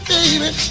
Baby